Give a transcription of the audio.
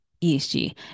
ESG